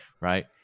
Right